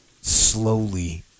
slowly